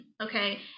okay